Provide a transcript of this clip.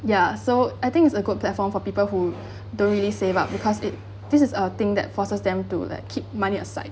ya so I think it's a good platform for people who don't really save up because it this is a thing that forces them to like keep money aside